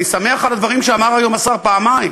אני שמח על הדברים שאמר היום השר פעמיים.